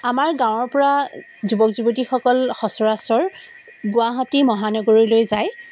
আমাৰ গাঁৱৰ পৰা যুৱক যুৱতীসকল সচৰাচৰ গুৱাহাটী মহানগৰলৈ যায়